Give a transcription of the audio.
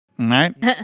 Right